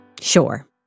Sure